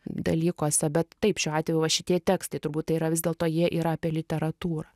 dalykuose bet taip šiuo atveju va šitie tekstai turbūt tai yra vis dėlto jie yra apie literatūrą